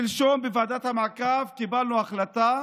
שלשום בוועדת המעקב קיבלנו החלטה